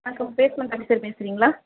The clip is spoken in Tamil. வணக்கம் ப்ளேஸ்மெண்ட் ஆஃபிஸர் பேசுறீங்களா